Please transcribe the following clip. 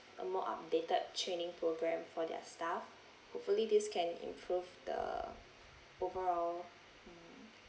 a more updated training programme for their staff hopefully this can improve the overall mm